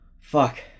fuck